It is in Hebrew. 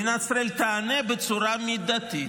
מדינת ישראל תענה בצורה מידתית.